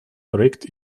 projekt